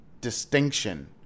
distinction